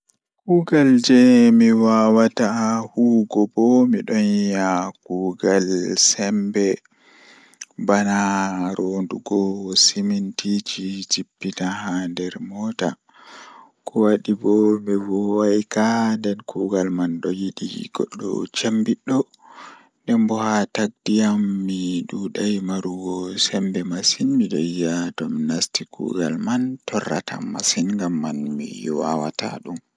Kuugal jei mi waawata huwugo bo miɗon yi'a Miɗo waawi waɗde gollal ngal ɗum o waawugol sabu mi njogii ko maɓɓe. Miɗo waawi foti gollal o waawugol ngam miɗo waawi goɗɗum kadi.